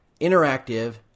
interactive